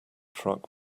truck